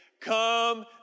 Come